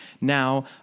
Now